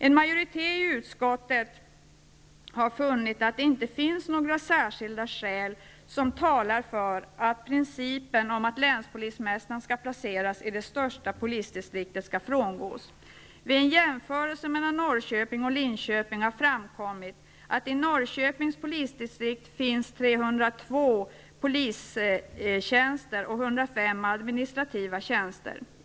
En majoritet i utskottet har funnit att det inte finns några särskilda skäl som talar för att principen om att länspolismästaren skall placeras i det största polisdistriktet skall frångås. Vid en jämförelse mellan Norrköping och Linköping har framkommit, att i Norrköpings polisdistrikt finns 302 polistjänster och 105 administrativa tjänster.